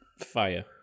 fire